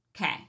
Okay